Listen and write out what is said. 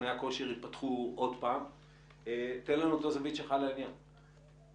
אז נוכל לדעת כמה מימוש יהיה לאותם מעסיקים.